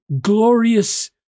glorious